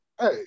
hey